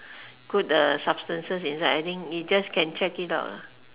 good uh substances inside I think you just can check it out lah